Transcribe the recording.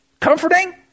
Comforting